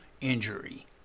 injury